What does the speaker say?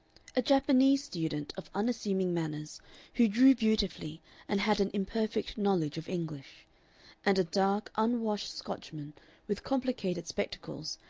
a japanese student of unassuming manners who drew beautifully and had an imperfect knowledge of english and a dark, unwashed scotchman with complicated spectacles,